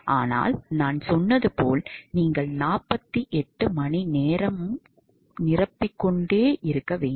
ஆனால் நான் சொன்னது போல் நீங்கள் 48 மணி நேரம் ஓட விரும்பினால் நீங்கள் சிரிஞ்சில் மீடியாவை மீண்டும் நிரப்ப வேண்டும்